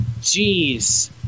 Jeez